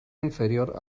inferior